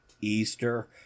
Easter